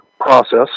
process